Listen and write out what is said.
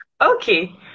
Okay